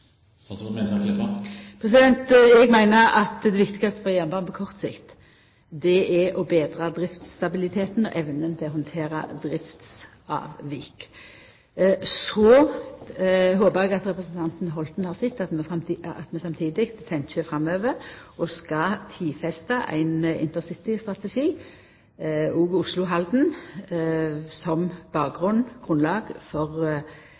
Eg meiner at det viktigaste for jernbanen på kort sikt er å betra driftsstabiliteten og evna til å handtera driftsavvik. Så håpar eg at representanten Hjemdal har sett at vi samtidig tenkjer framover og skal tidfesta ein intercitystrategi, også Oslo–Halden, som bakgrunn, grunnlag, for